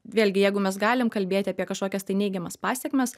vėlgi jeigu mes galim kalbėti apie kažkokias tai neigiamas pasekmes